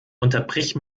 unterbrich